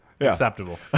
Acceptable